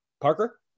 parker